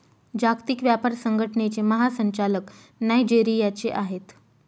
जागतिक व्यापार संघटनेचे महासंचालक नायजेरियाचे आहेत